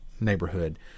neighborhood